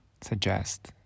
suggest